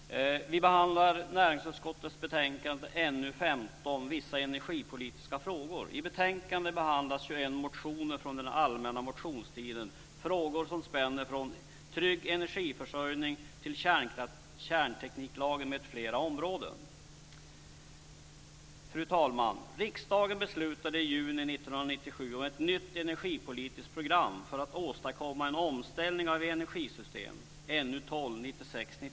Fru talman! Vi behandlar näringsutskottets betänkande NU15 Vissa energipolitiska frågor. I betänkandet behandlas 21 motioner från den allmänna motionstiden. Frågorna spänner från trygg energiförsörjning till kärntekniklagen m.fl. områden. Fru talman! Riksdagen beslutade i juni 1997 om ett nytt energipolitiskt program för att åstadkomma en omställning av energisystem, 1996/97:NU12.